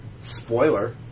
Spoiler